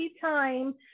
time